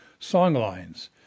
songlines